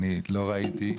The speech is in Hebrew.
אני לא ראיתי,